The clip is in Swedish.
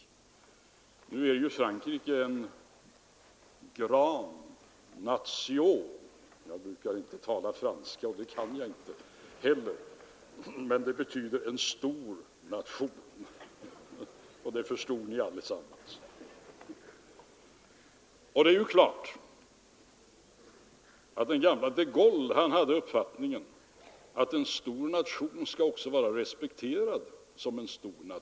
Nu är ju Frankrike ”une grande nation” — jag brukar inte tala franska och kan det inte heller, men uttrycket betyder en stor nation; det förstod ni ju också allesammans — och de Gaulle hade den uppfattningen att en stor nation också skall respekteras som en sådan.